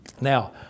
Now